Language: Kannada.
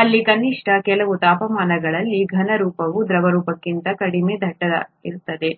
ಅಲ್ಲಿ ಕನಿಷ್ಠ ಕೆಲವು ತಾಪಮಾನಗಳಲ್ಲಿ ಘನ ರೂಪವು ದ್ರವ ರೂಪಕ್ಕಿಂತ ಕಡಿಮೆ ದಟ್ಟವಾಗಿರುತ್ತದೆ